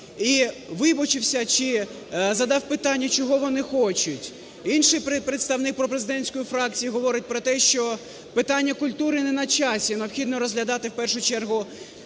і вибачився чи задав питання, чого вони хочуть. Інший представник пропрезидентської фракції говорить про те, що питання культури не на часі, необхідно розглядати, в першу чергу питання